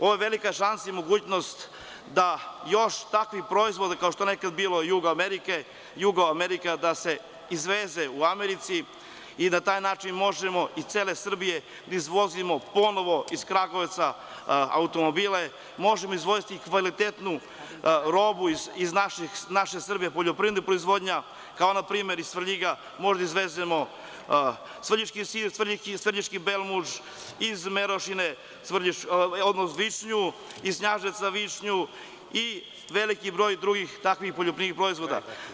Ovo je velika šansa i mogućnost da još takvih proizvoda kao što je nekada bio „Jugo Amerika“ da se izveze u Ameriku i da na taj način možemo iz cele Srbije da izvozimo ponovo iz Kragujevca automobile, možemo izvoziti kvalitetnu robu iz naše Srbije, poljoprivredna proizvodnja, kao na primer iz Svrljiga možemo da izvezemo svrljiški sir, svrljiški belmuž, iz Merošine višnju, iz Knjaževca višnju i veliki broj drugih takvih poljoprivrednih proizvoda.